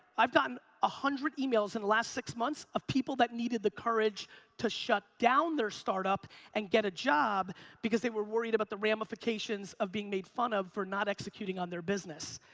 i've gotten one ah hundred emails in the last six months of people that needed the courage to shut down their startup and get a job because they were worried about the ramifications of being made fun of for not executing on their business.